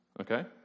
okay